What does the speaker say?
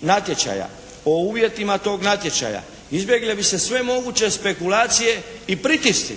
natječaja, o uvjetima tog natječaja, izbjegle bi se sve moguće spekulacije i pritisci.